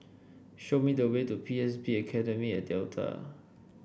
show me the way to P S B Academy at Delta